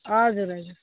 हजुर हजुर